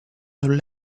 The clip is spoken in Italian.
sul